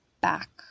back